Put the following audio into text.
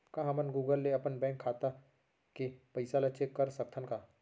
का हमन गूगल ले अपन बैंक खाता के पइसा ला चेक कर सकथन का?